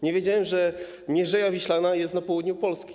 Nie wiedziałem, że Mierzeja Wiślana jest na południu Polski.